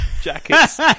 jackets